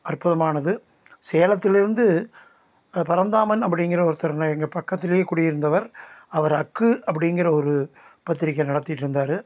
அற்புதமானது சேலத்திலிருந்து பரந்தாமன் அப்படிங்கிற ஒருத்தர் எங்கள் பக்கத்துலேயே குடி இருந்தவர் அவர் ஃ அப்படிங்கிற ஒரு பத்திரிக்கையை நடத்திட்டுருந்தாரு